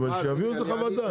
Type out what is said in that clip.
שיביאו איזה חוות דעת.